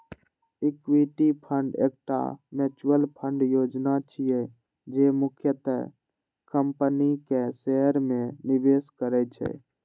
equity fund एकटा mutual fund योजना छियै, जे मुख्यतः कंपनीक शेयर मे निवेश करै छै